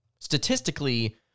Statistically